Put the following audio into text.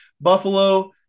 Buffalo